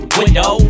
window